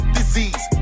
disease